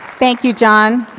thank you, jon.